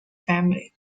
family